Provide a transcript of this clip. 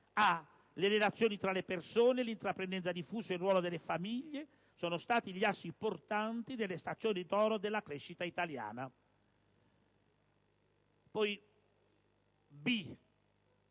le relazioni tra le persone, l'intraprendenza diffusa e il ruolo delle famiglie sono stati gli assi portanti delle stagioni d'oro della crescita italiana.